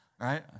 Right